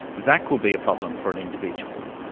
that could be a problem for an individual,